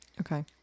Okay